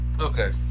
Okay